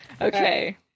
Okay